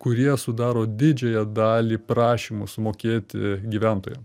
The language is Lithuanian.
kurie sudaro didžiąją dalį prašymų sumokėti gyventojam